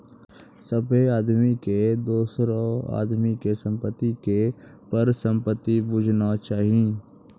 सभ्भे आदमी के दोसरो आदमी के संपत्ति के परसंपत्ति बुझना चाही